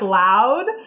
loud